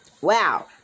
Wow